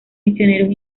misioneros